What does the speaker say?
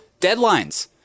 deadlines